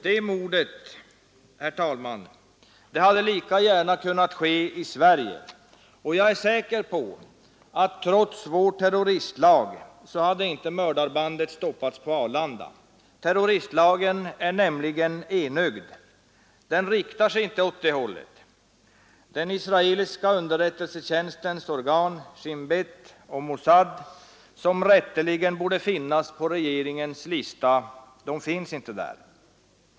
Det mordet, herr talman, hade lika gärna kunnat ske i Sverige, och jag är säker på att trots vår terroristlag hade inte mördarbandet stoppats på Arlanda. Terroristlagen är nämligen enögd. Den riktar sig inte åt det hållet. Den israeliska underrättelsetjänstens organ Shin Beth och Mossad, som rätteligen borde finnas på regeringens lista, finns inte där.